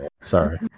Sorry